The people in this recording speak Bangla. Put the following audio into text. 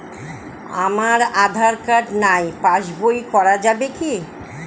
আমার আঁধার কার্ড নাই পাস বই করা যাবে কি?